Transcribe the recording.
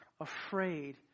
afraid